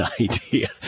idea